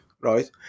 right